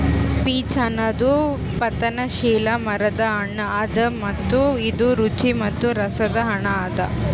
peach ಅನದ್ ಪತನಶೀಲ ಮರದ್ ಹಣ್ಣ ಅದಾ ಮತ್ತ ಇದು ರುಚಿ ಮತ್ತ ರಸದ್ ಹಣ್ಣ ಅದಾ